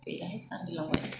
गैयाहाय दानलांबाय